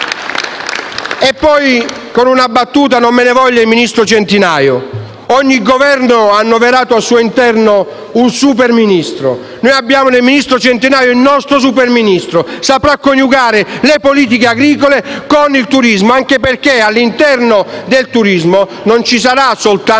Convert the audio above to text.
Ho poi una battuta, e non me ne voglia il ministro Centinaio. Ogni Governo ha annoverato al suo interno un super Ministro. Noi abbiamo nel ministro Centinaio il nostro super Ministro: saprà coniugare le politiche agricole con il turismo, anche perché all'interno del turismo non ci sarà soltanto